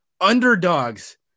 underdogs